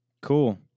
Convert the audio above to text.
Cool